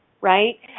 right